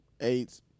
AIDS